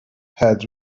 had